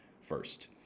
first